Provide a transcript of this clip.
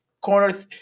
Corner